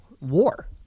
war